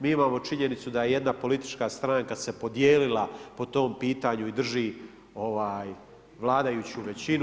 Mi imamo činjenicu da je jedna politička stranka se pobijelila po tom pitanju i drži vladajuću većinu.